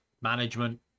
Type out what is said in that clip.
management